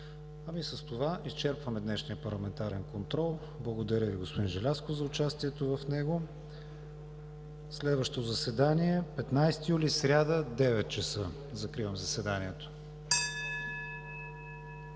Не. С това изчерпваме днешния парламентарен контрол. Благодаря Ви, господин Желязков, за участието в него. Следващо заседание – 15 юли 2020 г., сряда, от 9,00 ч. Закривам заседанието.